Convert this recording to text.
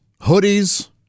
hoodies